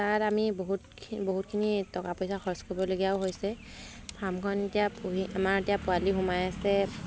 তাত আমি বহুতখিনি বহুতখিনি টকা পইচা খৰচ কৰিবলগীয়াও হৈছে ফাৰ্মখন এতিয়া পুহি আমাৰ এতিয়া পোৱালি সোমাই আছে